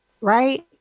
right